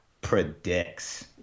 predicts